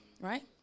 Right